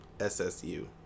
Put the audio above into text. SSU